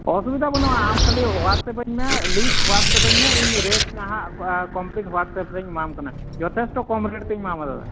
ᱚᱥᱩᱵᱤᱫᱟ ᱵᱟᱹᱱᱩᱜᱼᱟ ᱟᱢ ᱠᱷᱟ ᱞᱤ ᱦᱚᱣᱟᱴᱥᱮᱯᱟᱹᱧ ᱢᱮ ᱞᱤᱥᱴ ᱦᱚᱣᱟᱴᱥᱮᱯᱟᱹᱧ ᱢᱮ ᱤᱧ ᱨᱮᱹᱴ ᱱᱟᱦᱟᱜ ᱠᱚᱢᱯᱤᱞᱤᱴ ᱦᱚᱣᱟᱴᱥᱮᱯ ᱨᱤᱧ ᱮᱢᱟᱢ ᱠᱟᱱᱟ ᱡᱚᱛᱷᱮᱥᱴᱚ ᱠᱚᱢ ᱨᱮᱹᱴ ᱛᱤᱧ ᱮᱢᱟᱢᱟ ᱫᱟᱫᱟ